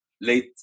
late